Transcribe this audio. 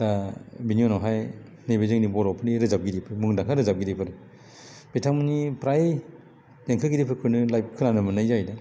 बिनि उनावहाय नैबे जोंनि बर'फोरनि रोजाबगिरिफोर मुंदांखा रोजाबगिरिफोर बिथांमोननि प्राय देंखोगिरिफोरखौनो लाइभ खोनानो मोननाय जाहैदों